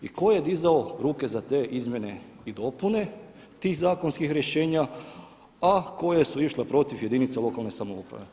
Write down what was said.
I ko je dizao ruke za te izmjene i dopune tih zakonskih rješenja, a koje su išle protiv jedinica lokalne samouprave?